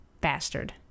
Bastard